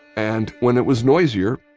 and when it was noisier,